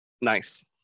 Nice